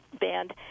band